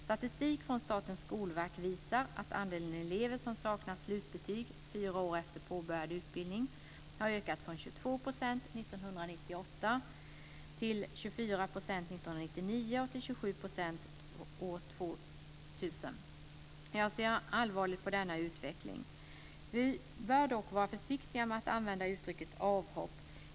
Statistik från Statens skolverk visar att andelen elever som saknar slutbetyg fyra år efter påbörjad utbildning har ökat från 22 % år 1998 till 24 % år 1999 och till 27 % år 2000. Jag ser allvarligt på denna utveckling. Vi bör dock vara försiktiga med att använda uttrycket avhopp.